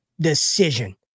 decision